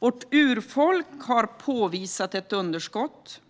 Vårt urfolk har påvisat ett underskott.